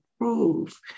improve